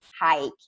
hike